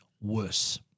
worse